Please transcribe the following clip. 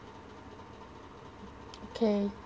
okay